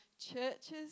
churches